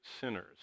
sinners